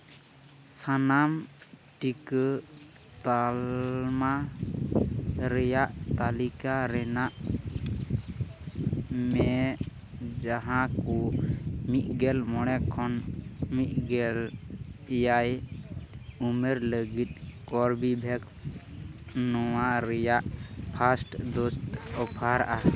ᱥᱟᱱᱟᱢ ᱴᱤᱠᱟᱹ ᱛᱟᱞᱢᱟ ᱨᱮᱭᱟᱜ ᱛᱟᱹᱞᱤᱠᱟ ᱨᱮᱱᱟᱜ ᱢᱮ ᱡᱟᱦᱟᱸ ᱠᱚ ᱢᱤᱫᱜᱮᱞ ᱢᱚᱬᱮ ᱠᱷᱚᱱ ᱢᱤᱫᱜᱮᱞ ᱮᱭᱟᱭ ᱩᱢᱮᱹᱨ ᱞᱟᱹᱜᱤᱫ ᱠᱚᱞ ᱵᱷᱤ ᱵᱷᱮᱠᱥ ᱱᱚᱣᱟ ᱨᱮᱭᱟᱜ ᱯᱷᱟᱥᱴ ᱰᱳᱥ ᱚᱯᱷᱟᱨᱟ